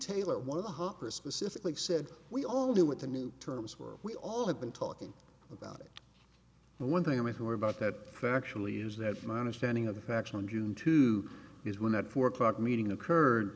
taylor one of the hopper specifically said we all knew what the new terms were we all have been talking about it and one thing with her about that factually is that my understanding of the facts on june two is when that four o'clock meeting occurred